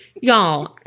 Y'all